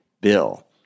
bill